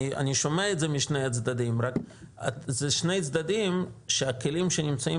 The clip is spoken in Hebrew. אני שומע את זה משני הצדדים רק זה שני צדדים שהכלים שנמצאים